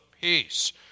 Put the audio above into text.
Peace